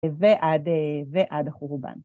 ועד החורבן.